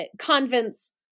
convents